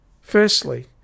Firstly